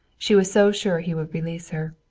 she was so sure he would release her.